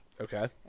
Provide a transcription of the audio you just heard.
Okay